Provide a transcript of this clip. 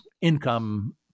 income